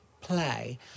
play